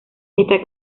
está